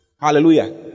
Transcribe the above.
Hallelujah